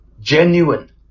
genuine